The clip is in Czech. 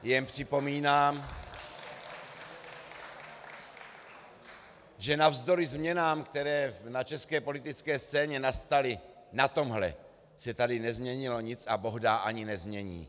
Jen připomínám, že navzdory změnám, které na české politické scéně nastaly, na tomhle se tady nezměnilo nic a bohdá ani nezmění.